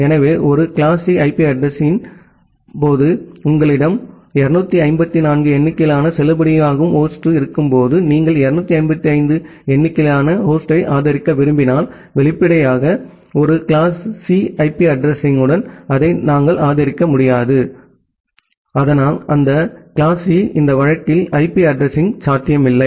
எனவே ஒரு class C IP அட்ரஸிங்யின் போது உங்களிடம் 254 எண்ணிக்கையிலான செல்லுபடியாகும் ஹோஸ்ட் இருக்கும்போது நீங்கள் 255 எண்ணிக்கையிலான ஹோஸ்டை ஆதரிக்க விரும்பினால் வெளிப்படையாக ஒரு கிளாஸ் சி ஐபி அட்ரஸிங்யுடன் அதை நாம் ஆதரிக்க முடியாது அதனால் அந்த கிளாஸ் சி இந்த வழக்கில் ஐபி அட்ரஸிங் சாத்தியமில்லை